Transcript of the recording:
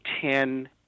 ten